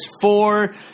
four